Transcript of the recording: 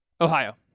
Ohio